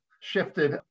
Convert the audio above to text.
shifted